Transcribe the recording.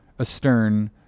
astern